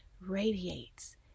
radiates